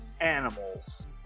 animals